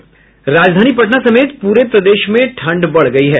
राजधानी पटना समेत पूरे प्रदेश में ठंड बढ़ गयी है